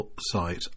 site